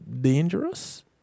dangerous